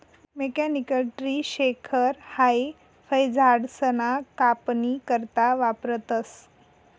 mechanical tree shaker हाई फयझाडसना कापनी करता वापरतंस